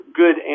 good